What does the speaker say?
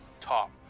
top